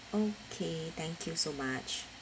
okay thank you so much